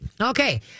Okay